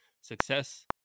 Success